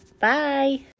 Bye